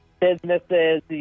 businesses